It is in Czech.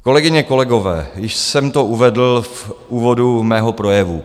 Kolegyně, kolegové, již jsem to uvedl v úvodu svého projevu.